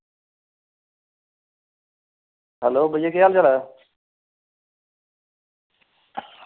hello भैया केह् हाल चाल ऐ